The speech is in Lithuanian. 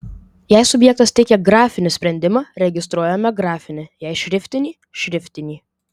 jei subjektas teikia grafinį sprendimą registruojame grafinį jei šriftinį šriftinį